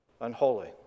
unholy